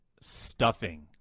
stuffing